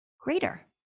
greater